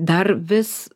dar vis